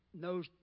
knows